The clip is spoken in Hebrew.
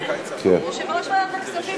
יושב-ראש ועדת הכספים,